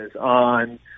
on